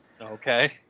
Okay